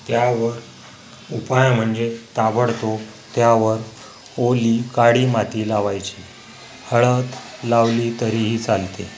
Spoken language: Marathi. त्यावर उपाय म्हणजे ताबडतोब त्यावर ओली काळी माती लावायची हळद लावली तरीही चालते